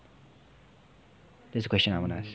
that's the question I want to ask